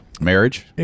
marriage